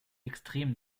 extrem